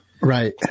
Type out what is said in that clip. Right